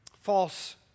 False